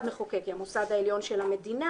מחוקק היא גם מוסד עליון של המדינה".